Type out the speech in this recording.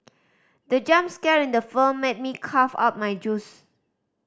the jump scare in the film made me cough out my juice